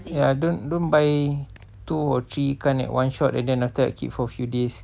ya don't don't buy two or three ikan at one shot and then after that keep for few days